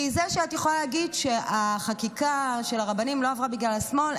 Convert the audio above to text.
כי זה שאת יכולה להגיד שהחקיקה של הרבנים לא עברה בגלל השמאל,